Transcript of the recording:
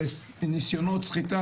זה נסיונות סחיטה,